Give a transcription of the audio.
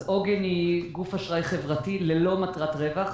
עוגן היא גוף אשראי חברתי ללא מטרת רווח.